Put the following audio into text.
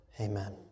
amen